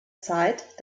zeit